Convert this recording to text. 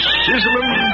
sizzling